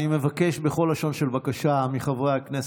אני מבקש בכל לשון של בקשה מחברי הכנסת,